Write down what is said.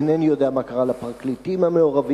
אינני יודע מה קרה לפרקליטים המעורבים.